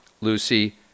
Lucy